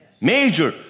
Major